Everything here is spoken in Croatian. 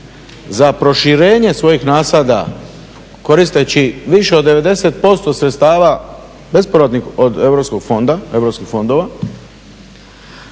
za proširenje svojih nasada koristeći više od 90% sredstava bespovratnih od europskog fonda,